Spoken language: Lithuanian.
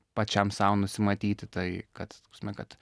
pačiam sau nusimatyti tai kad ta prasme kad